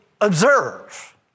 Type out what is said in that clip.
observe